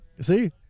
See